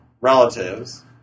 relatives